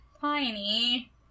Tiny